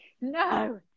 No